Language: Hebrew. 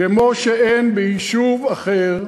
כמו שאין ביישוב אחר,